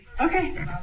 Okay